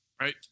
Right